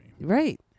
Right